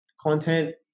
content